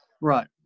Right